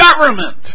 government